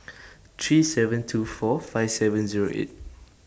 three seven two four five seven Zero eight